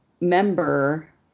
member